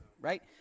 right